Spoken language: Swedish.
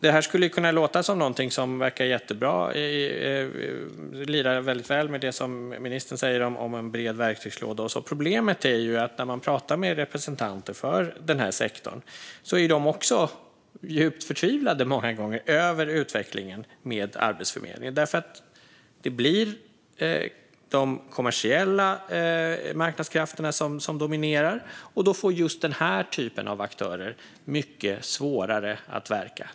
Det här kan låta som någonting jättebra som lirar väldigt väl med det som ministern säger om en bred verktygslåda och så. Problemet är dock att när man pratar med representanter för den här sektorn är de många gånger djupt förtvivlade över utvecklingen med Arbetsförmedlingen. Det blir nämligen de kommersiella marknadskrafterna som dominerar, och då får just den här typen av aktörer mycket svårare att verka.